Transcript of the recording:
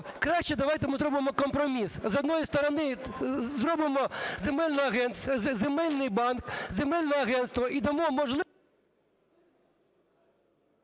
краще давайте ми зробимо компроміс. З одної сторони, зробимо земельний банк, земельне агентство і дамо можливість...